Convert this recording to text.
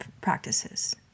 practices